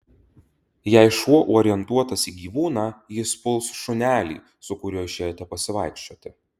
jei šuo orientuotas į gyvūną jis puls šunelį su kuriuo išėjote pasivaikščioti